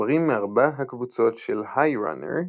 עכברים מארבע הקבוצות של "High Runner"